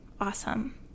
Awesome